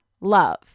love